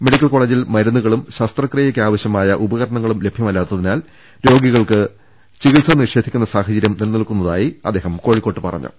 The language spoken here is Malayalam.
മെഡിക്കൽ കോളേജിൽ മരുന്നുകളും ശസ്ത്രക്രിയക്ക് ആവശ്യമായ ഉപകരണങ്ങളും ലഭ്യമല്ലാത്തതിനാൽ രോഗികൾക്ക് മെഡിക്കൽ കോളേജിൽ ചികിത്സ നിഷേധിക്കുന്ന സാഹചര്യം നിലനിൽക്കുന്നതായി അദ്ദേഹം കോഴിക്കോട്ട് പറഞ്ഞു